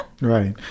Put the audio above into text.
Right